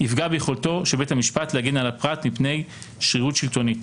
יפגע ביכולתו של בית המשפט להגן על הפרט מפני שרירות שלטונית.